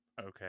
Okay